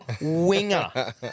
winger